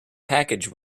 package